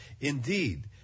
Indeed